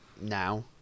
now